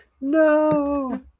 No